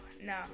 no